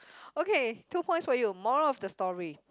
okay two points for you moral of the story